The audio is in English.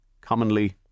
commonly